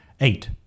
Eight